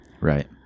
Right